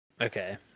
Okay